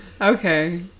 Okay